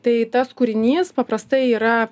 tai tas kūrinys paprastai yra